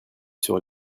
sur